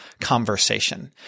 conversation